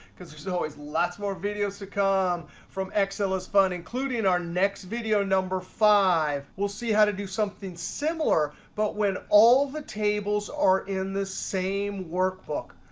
because there's always lots more videos to come from excel is fun, including our next video number five. we'll see how to do something similar, but when all the tables are in the same workbook.